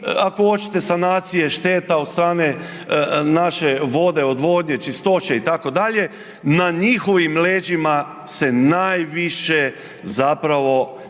ako hoćete sanacije šteta od strane naše vode, odvodnje, čistoće itd., na njihovim leđima se najviše zapravo